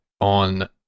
on